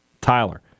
Tyler